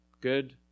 Good